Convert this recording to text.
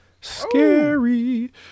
Scary